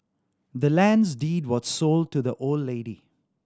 the land's deed was sold to the old lady